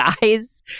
guys